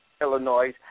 Illinois